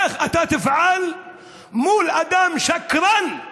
איך אתה תפעל מול אדם שקרן,